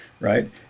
right